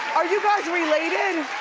are you guys related?